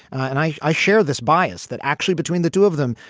and i i share this bias that actually between the two of them,